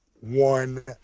one